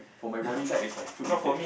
for my body type is my food intake